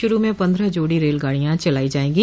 शुरू में पन्द्रह जोड़ी रेलगाडियां चलाई जाएंगी